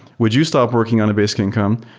would you stop working on a basic income?